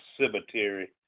Cemetery